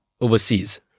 overseas